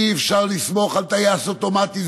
אי-אפשר לסמוך על טייס אוטומטי.